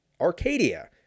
Arcadia